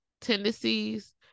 tendencies